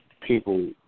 people